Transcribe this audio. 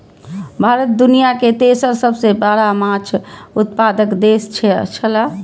भारत दुनिया के तेसर सबसे बड़ा माछ उत्पादक देश छला